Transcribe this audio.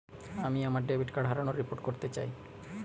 আমি আমার debit card হারানোর রিপোর্ট করতে চাই